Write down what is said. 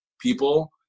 people